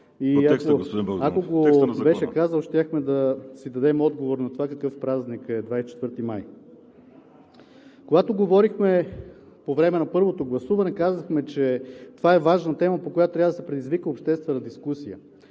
ако го беше казал, щяхме да си дадем отговор на това какъв празник е 24 май. Когато говорихме по време на първото гласуване, казахме, че това е важна тема, по която трябва да се предизвика обществена дискусия.